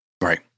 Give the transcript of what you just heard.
Right